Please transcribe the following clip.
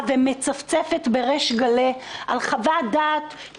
ומצפצפת בריש גלי על חוות דעת משפטית.